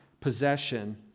possession